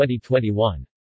2021